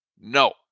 No